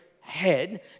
head